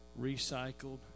recycled